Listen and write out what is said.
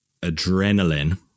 adrenaline